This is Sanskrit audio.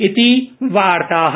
इति वार्ता